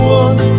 one